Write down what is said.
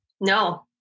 No